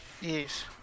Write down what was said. Yes